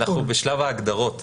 אנחנו בשלב ההגדרות,